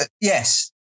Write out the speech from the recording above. Yes